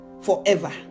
forever